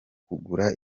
kugura